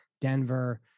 Denver